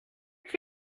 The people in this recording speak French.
qui